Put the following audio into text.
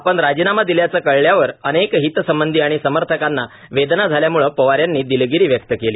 आपण राजीनामा दिल्याचं कळल्यावर अनेक हितसंबंधी आणि समर्थकांना वेदना झाल्यामुळं पवार यांनी दिलगीरी व्यक्त केली